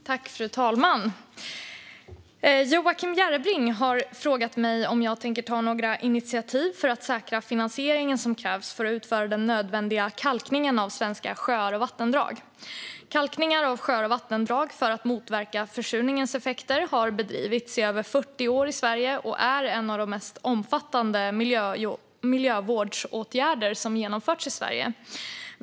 Fru talman! Joakim Järrebring har frågat mig om jag tänker ta några initiativ för att säkra den finansiering som krävs för att utföra den nödvändiga kalkningen av svenska sjöar och vattendrag. Kalkning av sjöar och vattendrag för att motverka försurningens effekter har bedrivits i över 40 år i Sverige och är en av de mest omfattande miljövårdsåtgärder som genomförts i landet.